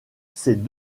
ses